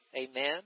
Amen